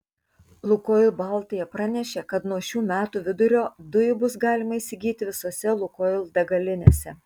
lukoil baltija pranešė kad nuo šių metų vidurio dujų bus galima įsigyti visose lukoil degalinėse